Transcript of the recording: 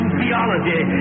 theology